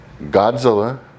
Godzilla